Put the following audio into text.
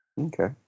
Okay